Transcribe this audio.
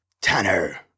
Tanner